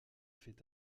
fait